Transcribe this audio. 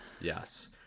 Yes